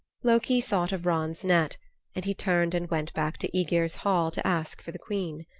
loki thought of ran's net and he turned and went back to aegir's hall to ask for the queen.